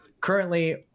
Currently